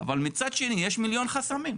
אבל מצד שני יש מיליון חסמים.